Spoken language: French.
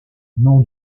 nom